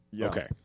okay